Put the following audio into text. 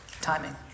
timing